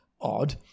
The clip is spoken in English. odd